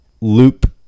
loop